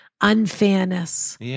unfairness